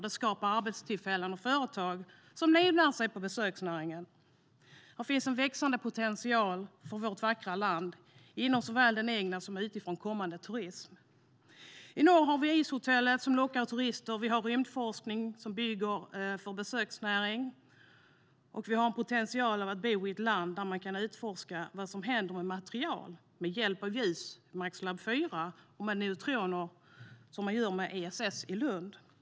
Det skapar arbetstillfällen och företag som livnär sig på besöksnäringen. Här finns en växande potential för vårt vackra land, inom såväl den egna som utifrån kommande turismen. I norr har vi Ishotellet som lockar turister och rymdforskning som bygger för besöksnäring. Vi har förmånen att bo i ett land där man kan utforska vad som händer med material med hjälp av ljus, på MAX IV-laboratoriet, och med neutroner, på ESS i Lund.